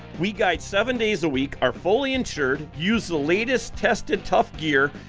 we guide seven days a week, are fully insured, use the latest tested-tough gear,